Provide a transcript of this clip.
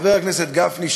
חבר הכנסת גפני,